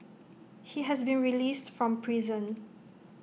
he has been released from prison